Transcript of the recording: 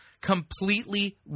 completely